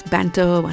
Banter